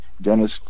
Dennis